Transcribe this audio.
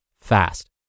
fast